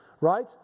right